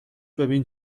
ببین